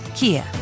Kia